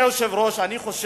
לכן, אדוני היושב-ראש, אני חושב